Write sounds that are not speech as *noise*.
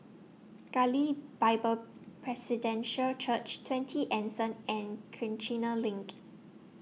Galilee Bible *unintelligible* Church twenty Anson and Kiichener LINK